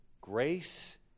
grace